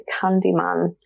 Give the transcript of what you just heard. Candyman